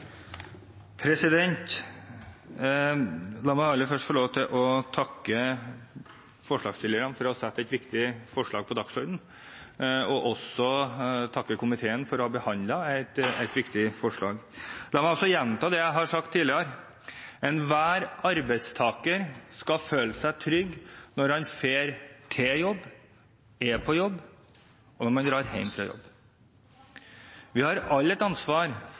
La meg aller først få lov til å takke forslagsstillerne for å ha satt et viktig forslag på dagsordenen, og jeg vil også takke komiteen for å ha behandlet et viktig forslag. La meg også gjenta det jeg har sagt tidligere: Enhver arbeidstaker skal føle seg trygg når han drar til jobb, er på jobb, og når han drar hjem fra jobb. Vi har alle et ansvar